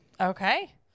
Okay